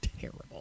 terrible